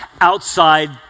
outside